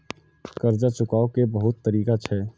कर्जा चुकाव के बहुत तरीका छै?